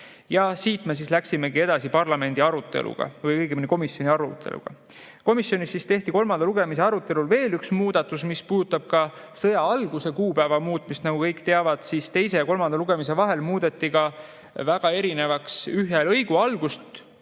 Siit me läksime edasi parlamendi aruteluga, õigemini komisjoni aruteluga. Komisjonis tehti kolmanda lugemise arutelul veel üks muudatus, mis puudutab ka sõja alguse kuupäeva muutmist. Nagu kõik teavad, siis teise ja kolmanda lugemise vahel muudeti ka väga erinevaks ühe lõigu algust,